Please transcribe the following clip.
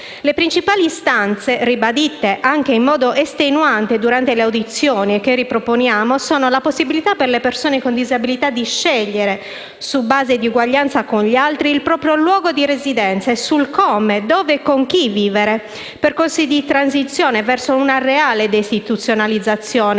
Le principali istanze, ribadite anche in modo estenuante durante le audizioni e che riproponiamo, sono: la possibilità per le persone con disabilità di scegliere, su base di uguaglianza con gli altri, il proprio luogo di residenza, e sul come, dove e con chi vivere; percorsi di transizione verso una reale deistituzionalizzazione,